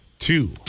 Two